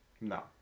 No